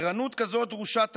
ערנות כזאת דרושה תמיד.